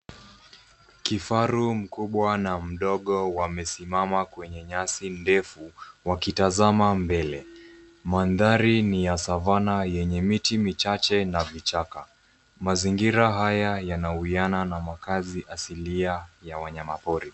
Kifaru mkubwa na mdogo wamesimama kwenye nyasi ndefu wakitazama mbele mandhari ni ya savanna yenye miti michache na vichaka mazingira haya yanawiana na makazi asilia ya wanyama pori.